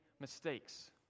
mistakes